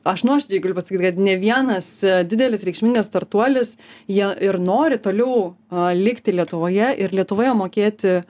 aš nuoširdžiai galiu pasakyt kad ne vienas didelis reikšmingas startuolis jie ir nori toliau likti lietuvoje ir lietuvoje mokėti